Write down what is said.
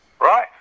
right